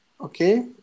Okay